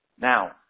Now